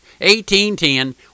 1810